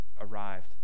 arrived